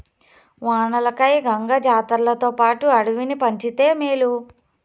వానలకై గంగ జాతర్లతోపాటు అడవిని పంచితే మేలు